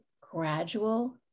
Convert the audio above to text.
gradual